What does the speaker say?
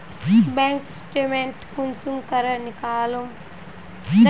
Bank statement कुंसम करे निकलाम?